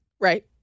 Right